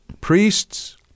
Priests